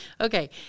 Okay